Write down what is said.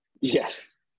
Yes